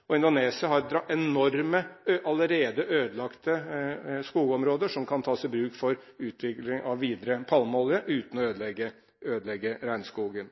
i Indonesia er det enorme, allerede ødelagte skogområder, som kan tas i bruk for videre utvikling av palmeolje uten å ødelegge regnskogen.